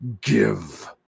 give